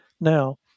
Now